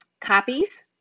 copies